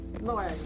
Lord